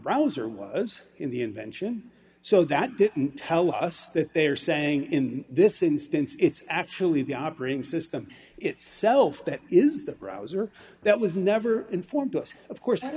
browser was in the invention so that didn't tell us that they are saying in this instance it's actually the operating system itself that is the browser that was never informed us of course had